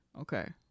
okay